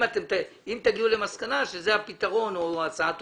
אם תגיעו למסקנה שזה הפתרון או הצעה טובה.